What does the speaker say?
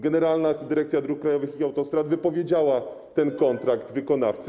Generalna Dyrekcja Dróg Krajowych i Autostrad wypowiedziała ten kontrakt wykonawcy.